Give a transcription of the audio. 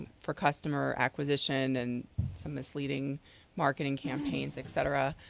for customer acquisition and some misleading marketing campaigns et cetera.